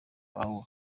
pawulo